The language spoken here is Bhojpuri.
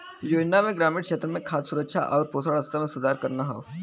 योजना में ग्रामीण क्षेत्र में खाद्य सुरक्षा आउर पोषण स्तर में सुधार करना हौ